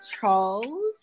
Charles